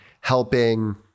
helping